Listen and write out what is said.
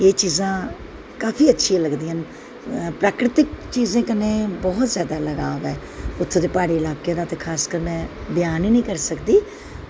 एह् चीजां काफी अच्छियां लगदियां न प्राकृतिक चीजें कन्नै बौह्त जैदा लगाव ऐ उत्थै दा प्हाड़ी लाह्कें दा ते खासकर में ब्यान ही निं करी सकदी